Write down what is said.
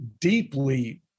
deeply